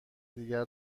دیگر